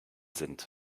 sind